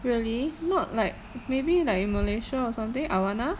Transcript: really not like maybe like in malaysia or something awana